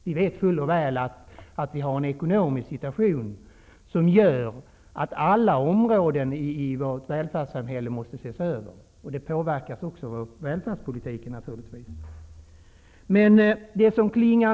Jag vet fuller väl att vi har en ekonomisk situation som gör att alla områden i vårt välfärdssamhälle måste ses över. Det påverkar naturligtvis vår välfärdspolitik.